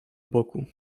boku